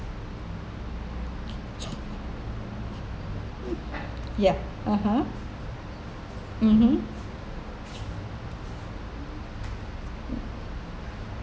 yeah (uh huh) mmhmm